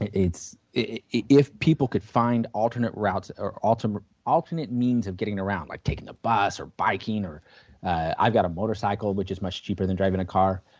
and if people could find alternate routes or alternate alternate means of getting around like taking the bus or biking or i've got a motorcycle which is much cheaper than driving a car,